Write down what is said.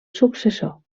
successor